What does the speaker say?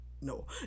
no